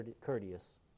courteous